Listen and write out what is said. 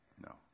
No